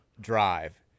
drive